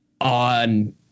on